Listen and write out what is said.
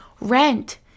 Rent